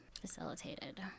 facilitated